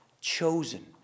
Chosen